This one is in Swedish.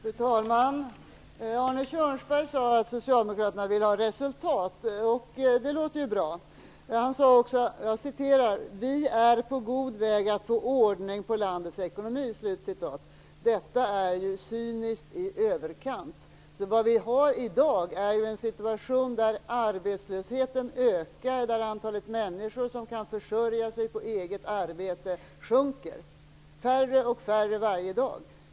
Fru talman! Arne Kjörnsberg sade att socialdemokraterna vill ha resultat, och det låter ju bra. Han sade också: Vi är på god väg att få ordning på landets ekonomi. Detta är ju cyniskt i överkant. Vad vi har i dag är en situation där arbetslösheten ökar och där antalet människor som kan försörja sig på eget arbete sjunker dag för dag.